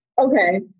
Okay